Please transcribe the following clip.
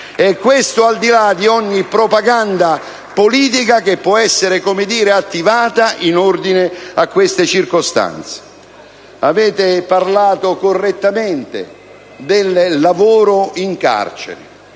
questo al di là di ogni propaganda politica che può essere attivata in ordine a queste circostanze. Avete parlato correttamente del lavoro in carcere